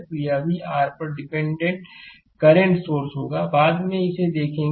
तो यह भी r पर डिपेंडेंट करंट सोर्सहोगा बाद में इसे देखेंगे